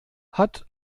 hat